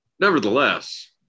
Nevertheless